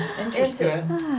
interesting